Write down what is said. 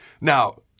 Now